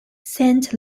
saint